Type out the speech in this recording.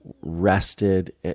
rested